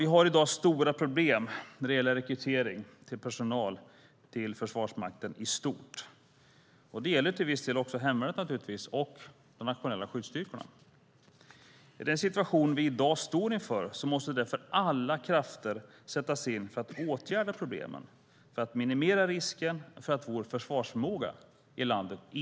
Vi har i dag stora problem när det gäller rekrytering av personal till Försvarsmakten i stort. Det gäller till viss del också hemvärnet och de nationella skyddsstyrkorna. I den situation vi i dag står inför måste därför alla krafter sättas in för att åtgärda problemen och minimera risken för vår försvarsförmåga i landet.